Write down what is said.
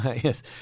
Yes